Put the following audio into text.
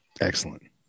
Excellent